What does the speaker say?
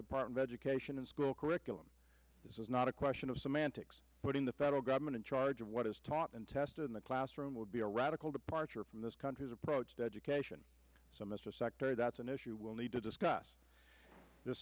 department of education and school curriculum this is not a question of semantics putting the federal government in charge of what is taught and tested in the classroom would be a radical departure from this country approach to education so mr secretary that's an issue we'll need to discuss the